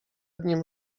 nim